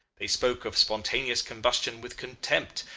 they spoke of spontaneous combustion with contempt,